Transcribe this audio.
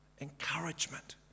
Encouragement